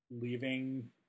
leaving